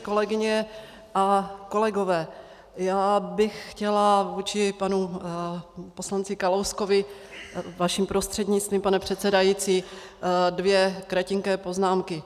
Kolegyně a kolegové, já bych chtěla vůči panu poslanci Kalouskovi, vaším prostřednictvím, pane předsedající, dvě kratinké poznámky.